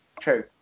True